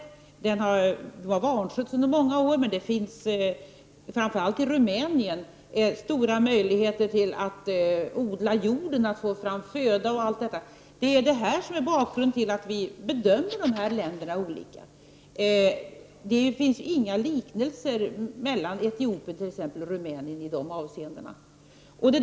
Samhället har vanskötts under många år, men det finns, framför allt i Rumänien, stora möjligheter att odla jorden, att få fram föda, osv. Det är bakgrunden till att vi bedömer de länderna på ett annat sätt än länderna i tredje världen. Det finns inga likheter mellan t.ex. Etiopien och Rumänien i de avseendena.